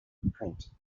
print